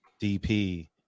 dp